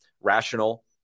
rational